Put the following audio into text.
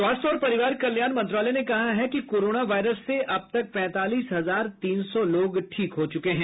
स्वास्थ्य और परिवार कल्याण मंत्रालय ने कहा है कि कोरोना वायरस से अब तक पैंतालीस हजार तीन सौ लोग ठीक हो चुके हैं